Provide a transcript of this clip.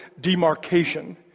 demarcation